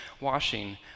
washing